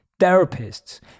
therapists